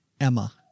Emma